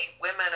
women